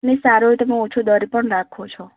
નહીં સારો એવો તમે ઓછો દર પણ રાખો છો